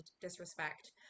disrespect